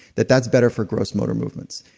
that that's better for gross motor movements.